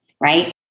right